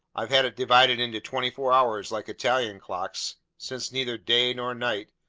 i've had it divided into twenty-four hours like italian clocks, since neither day nor night,